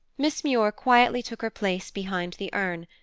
miss muir quietly took her place behind the urn,